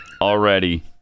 already